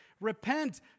Repent